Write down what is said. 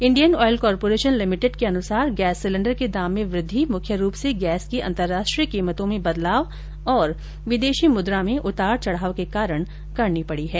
Indian oil corporation limited के अनुसार gas cylinder के दाम में वृद्धि मुख्य रूप से गैस की अंतरराष्ट्रीय कीमतों में बदलाव और विदेशी मुद्रा में उतार चढाव के कारण करनी पड़ी है